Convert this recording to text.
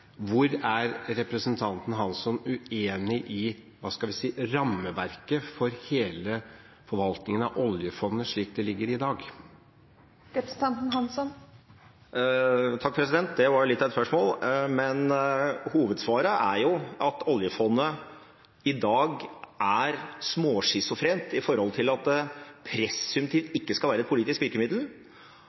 Hvor er representanten Hansson uenig i – hva skal vi si – rammeverket for hele forvaltningen av oljefondet, slik det ligger i dag? Det var litt av et spørsmål, men hovedsvaret er jo at oljefondet i dag er småschizofrent fordi det presumptivt ikke skal være et politisk virkemiddel,